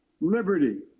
liberty